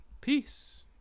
Peace